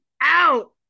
out